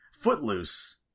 Footloose